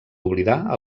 oblidar